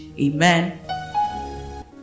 Amen